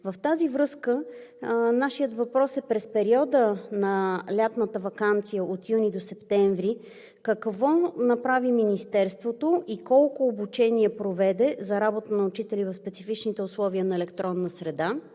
В тази връзка нашият въпрос е: през периода на лятната ваканция от юни до септември какво направи Министерството и колко обучения проведе за работа на учители в специфичните условия на електронна среда?